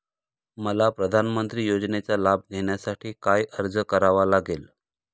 मला प्रधानमंत्री योजनेचा लाभ घेण्यासाठी काय अर्ज करावा लागेल?